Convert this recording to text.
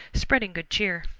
spreading good cheer.